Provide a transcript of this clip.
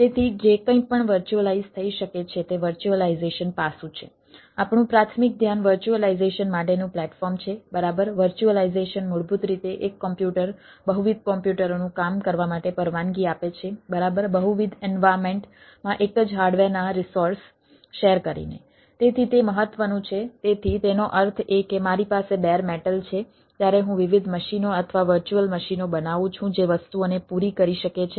તેથી તે મહત્વનું છે તેથી તેનો અર્થ એ કે મારી પાસે બેર મેટલ છે ત્યારે હું વિવિધ મશીનો અથવા વર્ચ્યુઅલ મશીનો બનાવું છું જે વસ્તુઓને પૂરી કરી શકે છે